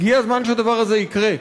הגיע הזמן שהדבר הזה יקרה.